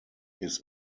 his